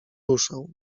ruszał